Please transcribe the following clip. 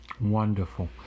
Wonderful